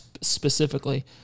specifically